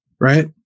right